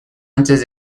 antes